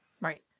Right